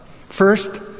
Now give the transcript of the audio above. First